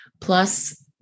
plus